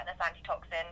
antitoxin